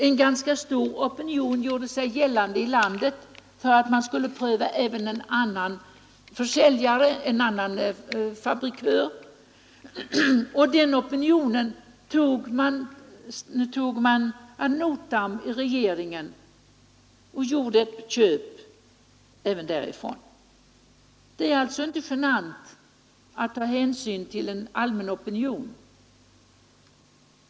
En ganska stor opinion gjorde sig gällande i landet för att man skulle pröva även en annan, svensk fabrikör Den opinionen tog regeringen ad notam och köp skedde även från den svenske fabrikören. Det är alltså inte genant att ta hänsyn till en allmän opinion.